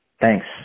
Thanks